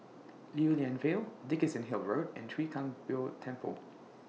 Lew Lian Vale Dickenson Hill Road and Chwee Kang Beo Temple